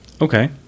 Okay